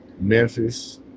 Memphis